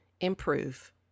improve